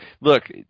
Look